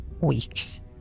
weeks